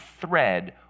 thread